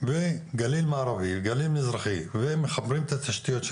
וגליל מערבי וגליל מזרחי ומחברים את התשתיות של